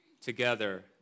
together